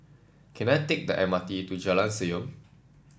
can I take the M R T to Jalan Senyum